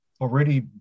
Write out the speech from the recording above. already